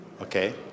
Okay